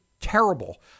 terrible